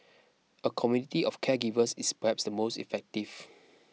a community of caregivers is perhaps the most effective